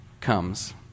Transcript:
comes